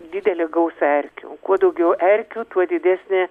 didelę gausą erkių kuo daugiau erkių tuo didesnė